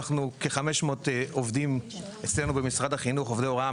ישנם כ-500 עובדים אצלנו במשרד החינוך עובדי הוראה,